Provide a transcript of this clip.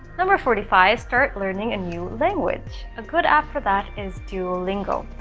number forty five start learning a new language. a good app for that is duolingo.